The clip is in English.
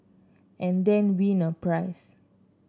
and then win a prize